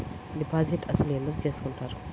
Deposit అసలు ఎందుకు చేసుకుంటారు?